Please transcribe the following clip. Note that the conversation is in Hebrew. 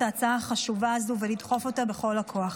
ההצעה החשובה הזו ולדחוף אותה בכל הכוח.